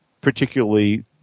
particularly